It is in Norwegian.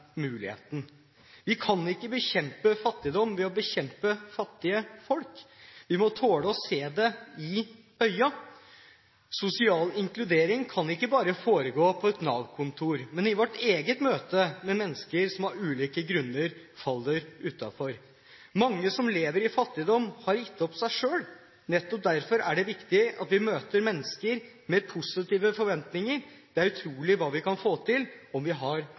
muligheten. Vi kan ikke bekjempe fattigdom ved å bekjempe fattige folk. Vi må tåle å se det i øynene. Sosial inkludering kan ikke bare foregå på et Nav-kontor, men i vårt eget møte med mennesker som av ulike grunner faller utenfor. Mange som lever i fattigdom, har gitt opp seg sjøl. Nettopp derfor er det viktig at vi møter mennesker med positive forventninger. Det er utrolig hva vi kan få til om vi har